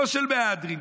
לא של מהדרין,